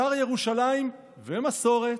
שר ירושלים ומסורת,